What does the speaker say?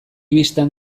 bistan